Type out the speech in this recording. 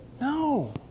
No